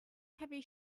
heavy